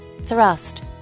Thrust